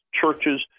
churches